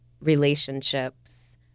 relationships